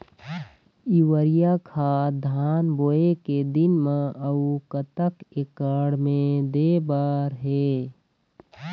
Urea खाद धान बोवे के दिन म अऊ कतक एकड़ मे दे बर हे?